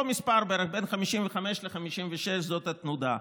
בערך אותו מספר, בין 55,000 ל-56,000, זאת התנודה.